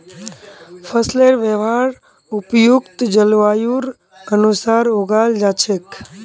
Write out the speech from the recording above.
फसलेर वहार उपयुक्त जलवायुर अनुसार उगाल जा छेक